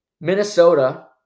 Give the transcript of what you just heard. Minnesota